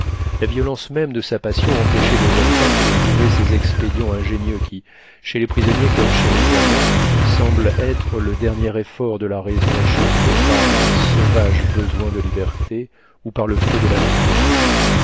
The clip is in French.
la violence même de sa passion empêchait le jeune peintre de trouver ces expédients ingénieux qui chez les prisonniers comme chez les amants semblent être le dernier effort de la raison échauffée par un sauvage besoin de liberté ou par le feu de l'amour